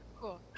Cool